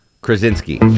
Krasinski